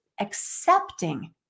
accepting